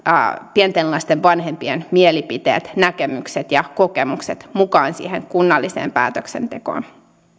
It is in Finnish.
pienten lasten vanhempien mielipiteet näkemykset ja kokemukset mukaan siihen kunnalliseen päätöksentekoon